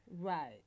Right